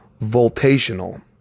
voltational